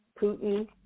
Putin